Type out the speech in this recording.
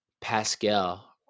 Pascal